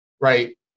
right